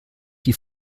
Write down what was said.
die